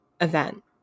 event